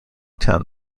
town